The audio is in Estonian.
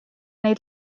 neid